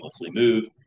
move